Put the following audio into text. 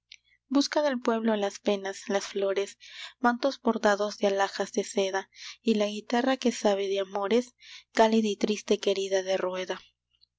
busca del pueblo las penas la flores mantos bordados de alhajas de seda y la guitarra que sabe de amores cálida y triste querida de rueda